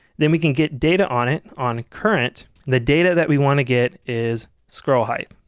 then we can get data on it on current. the data that we want to get is scrollheight.